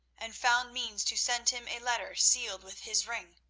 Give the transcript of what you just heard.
and found means to send him a letter sealed with his ring.